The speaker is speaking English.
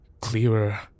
clearer